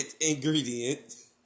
ingredient